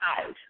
eyes